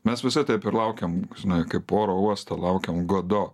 mes visi taip ir laukiam žinai kaip oro uoste laukiam godo